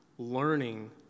Learning